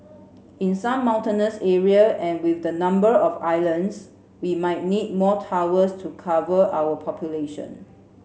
in some mountainous area and with the number of islands we might need more towers to cover our population